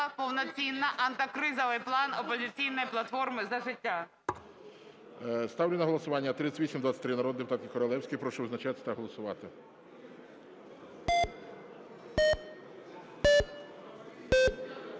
повноцінно антикризовий план "Опозиційної платформи - За життя". ГОЛОВУЮЧИЙ. Ставлю на голосування 3823 народної депутатки Королевської. Прошу визначатися та голосувати.